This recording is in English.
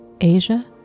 Asia